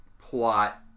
plot